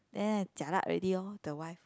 then I jialat already lor the wife